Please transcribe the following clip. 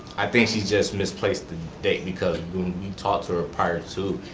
i think she just misplaced the date because when we talked to her ah prior to,